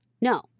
No